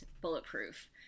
bulletproof